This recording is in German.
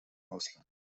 ausland